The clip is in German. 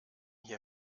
hier